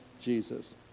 Jesus